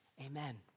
amen